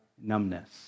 numbness